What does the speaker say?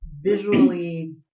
visually –